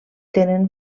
tenen